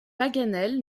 paganel